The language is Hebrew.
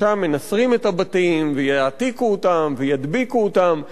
ששם מנסרים את הבתים ויעתיקו אותם וידביקו אותם,